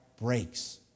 breaks